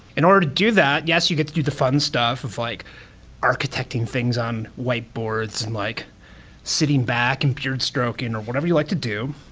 in order to do that, yes, you get to do the fun stuff of like architecting things on whiteboards and like sitting back and beard stroking or whatever you like to do.